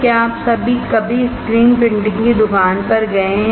क्या आप कभी स्क्रीन प्रिंटिंग की दुकान पर गए हैं